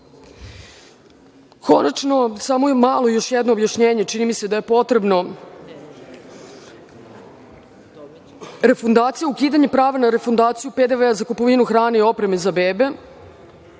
posao. Konačno, još jedno objašnjenje, čini mi se da je potrebno, refundacija i ukidanje prava na refundaciju PDV za kupovinu hrane i opreme za bebe.